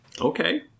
okay